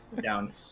Down